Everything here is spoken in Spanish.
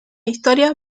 historia